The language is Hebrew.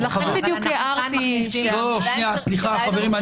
סליחה, חברים.